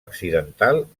accidental